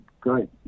great